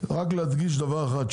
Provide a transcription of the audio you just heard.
אני מבקש להדגיש דבר אחד,